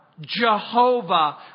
Jehovah